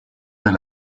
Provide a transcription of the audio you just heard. del